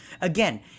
Again